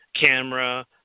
camera